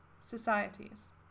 societies